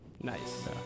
Nice